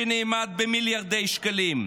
שנאמד במיליארדי שקלים.